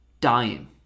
dying